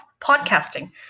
podcasting